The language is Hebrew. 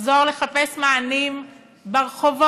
יחזור לחפש מענים ברחובות,